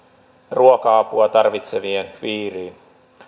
ruoka apua tarvitsevien piiriin